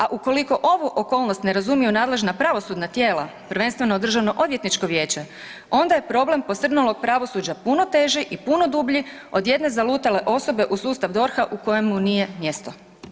A ukoliko ovu okolnost ne razumiju nadležna pravosudna tijela, prvenstveno Državno odvjetničko vijeće, onda je problem posrnulog pravosuđa puno teži i puno dublji od jedne zalutale osobe u sustav DORH-a u kojem mu nije mjesto.